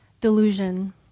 delusion